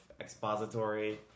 expository